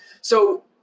So-